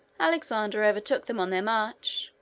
alexander overtook them on their march,